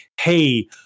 hey